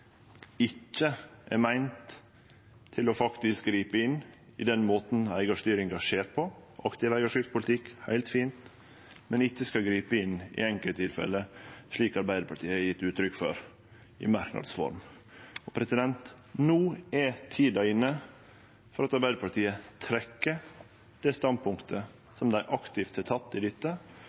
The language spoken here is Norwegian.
ikkje er meint til faktisk å gripe inn i den måten eigarstyringa skjer på. Aktiv eigarskapspolitikk er heilt fint, men ein skal ikkje gripe inn i enkelttilfelle, slik Arbeidarpartiet har gjeve uttrykk for i merknads form. No er tida inne for at Arbeidarpartiet trekkjer det standpunktet dei aktivt har teke i dette,